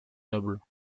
nobles